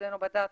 אצלנו בדת,